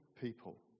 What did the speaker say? people